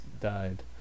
died